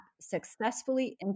successfully